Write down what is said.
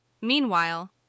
Meanwhile